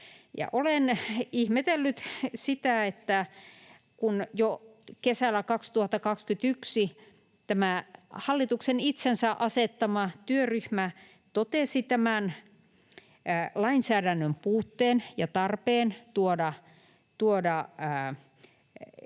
Olen ihmetellyt sitä, että kun jo kesällä 2021 tämä hallituksen itsensä asettama työryhmä totesi tämän lainsäädännön puutteen ja tarpeen tuoda